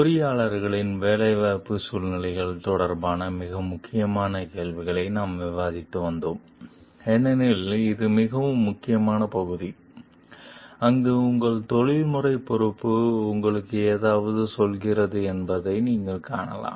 பொறியியலாளர்களின் வேலைவாய்ப்பு சூழ்நிலைகள் தொடர்பான மிக முக்கியமான கேள்விகளை நாம் விவாதித்து வந்தோம் ஏனெனில் இது மிகவும் முக்கியமான பகுதி அங்கு உங்கள் தொழில்முறை பொறுப்பு உங்களுக்கு ஏதாவது சொல்கிறது என்பதை நீங்கள் காணலாம்